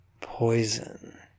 poison